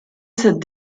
cette